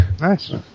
nice